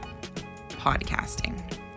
podcasting